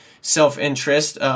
self-interest